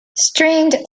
strained